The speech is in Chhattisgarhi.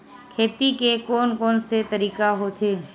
खेती के कोन कोन से तरीका होथे?